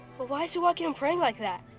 but why is he walking and praying like that?